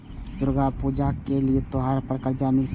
हमरा दुर्गा पूजा के लिए त्योहार पर कर्जा मिल सकय?